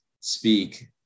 speak